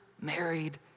married